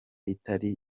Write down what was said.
itari